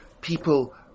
people